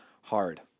hard